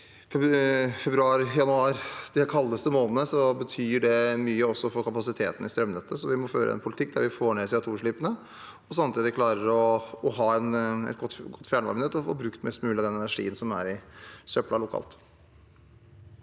februar og januar. I de kaldeste månedene betyr det mye også for kapasiteten i strømnettet. Vi må føre en politikk der vi får ned CO2-utslippene og samtidig klarer å ha et godt fjernvarmenett og få brukt mest mulig av den energien som er i søppelet lokalt.